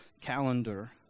calendar